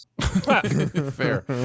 Fair